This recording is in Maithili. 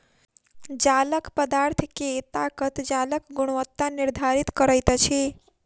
जालक पदार्थ के ताकत जालक गुणवत्ता निर्धारित करैत अछि